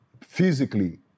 physically